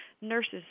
nurses